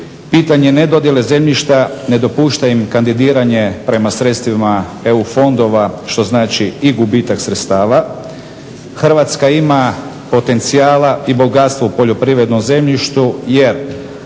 Pitanje ne dodjele zemljišta ne dopušta im kandidiranje prema sredstvima EU fondova što znači i gubitak sredstava. Hrvatska ima potencijala i bogatstvo u poljoprivrednom zemljištu jer